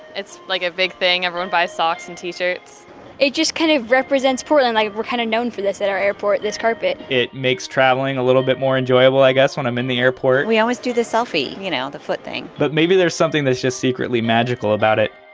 it's like a big thing. everyone buys socks and t-shirts. it just kind of represents portland, like we're kind of known for this at our airport, this carpet. it makes traveling a little bit more enjoyable, i guess, when i'm in the airport. we always do the selfie. you know, the foot thing. but maybe there's something that's just secretly magical about it.